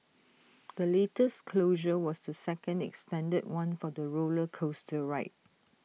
the latest closure was the second extended one for the roller coaster ride